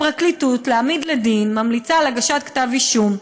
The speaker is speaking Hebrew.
לפרקליטות להעמיד לדין, ממליצה על הגשת כתב אישום,